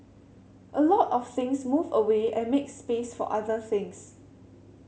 a lot of things move away and make space for other things